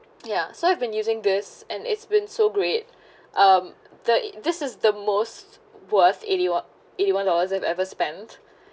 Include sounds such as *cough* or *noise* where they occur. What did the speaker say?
ya so I've been using this and it's been so great *breath* um the this is the most worth eighty wa~ eighty one dollars I've ever spent